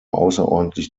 außerordentlich